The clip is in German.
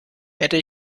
hätte